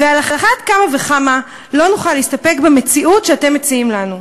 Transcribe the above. ועל אחת כמה וכמה לא נוכל להסתפק במציאות שאתם מציעים לנו.